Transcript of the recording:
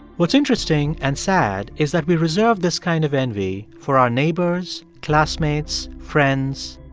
what's interesting and sad is that we reserve this kind of envy for our neighbors, classmates, friends,